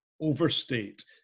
overstate